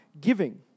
giving